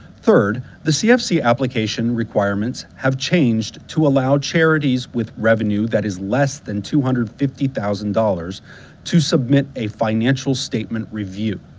third, the cfc application requirements have changed to allow charities with revenue that is less than two hundred and fifty thousand dollars to submit a financial statement review.